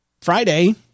Friday